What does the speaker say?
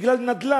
בגלל ענייני נדל"ן,